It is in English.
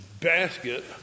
basket